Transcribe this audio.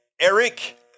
Eric